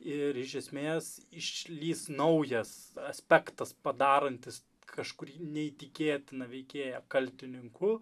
ir iš esmės išlįs naujas aspektas padarantis kažkurį neįtikėtiną veikėją kaltininku